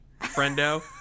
friendo